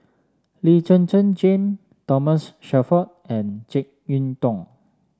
Lee Zhen Zhen Jane Thomas Shelford and JeK Yeun Thong